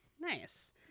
Nice